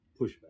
pushback